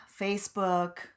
Facebook